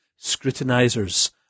scrutinizers